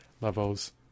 levels